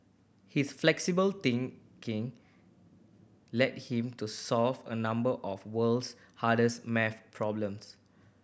his flexible thinking led him to solve a number of world's hardest maths problems